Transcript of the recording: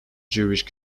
jewish